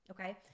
Okay